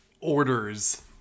orders